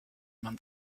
man